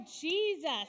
Jesus